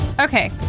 Okay